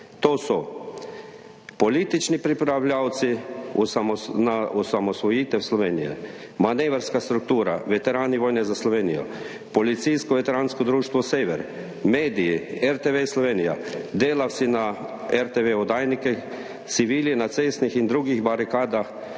To so: politični pripravljavci na osamosvojitev Slovenije, manevrska struktura, veterani vojne za Slovenijo, Policijsko veteransko društvo Sever, mediji RTV Slovenija, delavci na oddajnikih RTV, civili na cestnih in drugih barikadah,